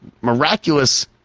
miraculous